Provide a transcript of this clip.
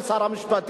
של שר המשפטים,